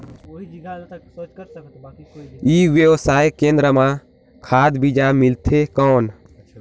ई व्यवसाय केंद्र मां खाद बीजा मिलथे कौन?